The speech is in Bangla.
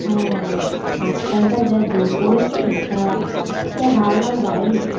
হ্যাঁ আজকালকার যা দিন পড়েছে তা সে ধারণার বাইরে